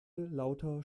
lauter